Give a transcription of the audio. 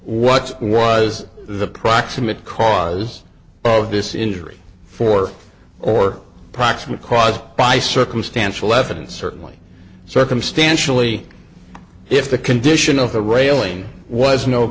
what was the proximate cause of this injury for or proximate cause by circumstantial evidence certainly circumstantially if the condition of the railing was no